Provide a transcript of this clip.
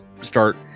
start